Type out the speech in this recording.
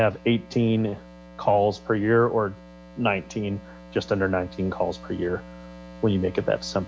have eighteen calls per year or nineteen just under nineteen calls per year when you make it that s